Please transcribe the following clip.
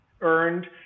earned